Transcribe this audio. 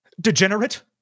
Degenerate